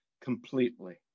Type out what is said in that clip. completely